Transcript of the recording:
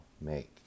make